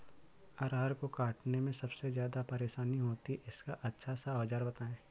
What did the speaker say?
अरहर को काटने में सबसे ज्यादा परेशानी होती है इसका अच्छा सा औजार बताएं?